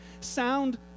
sound